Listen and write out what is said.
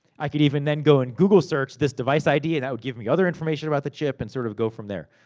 i could even, then, go and google search this device id, and that would give me other information about the chip, and sort of go from there.